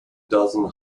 dozen